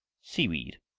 sea-weed,